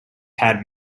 had